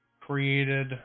created